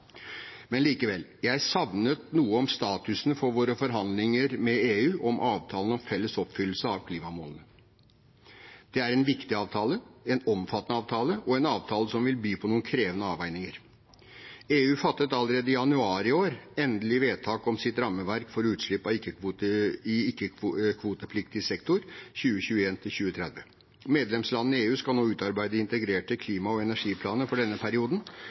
Men likevel: Jeg savnet noe om statusen for våre forhandlinger med EU om avtalen om felles oppfyllelse av klimamålene. Det er en viktig avtale, en omfattende avtale og en avtale som vil by på noen krevende avveininger. EU fattet allerede i januar i år endelig vedtak om sitt rammeverk for utslipp i ikke-kvotepliktig sektor 2021–2030. Medlemslandene i EU skal nå utarbeide integrerte klima- og energiplaner for denne perioden